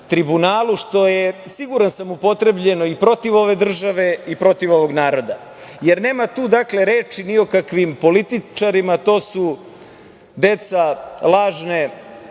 tribunalu, što je, siguran sam, upotrebljeno i protiv ove države i protiv ovog naroda. Jer nema tu, dakle, reči ni o kakvim političarima, to su deca lažne